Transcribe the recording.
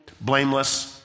blameless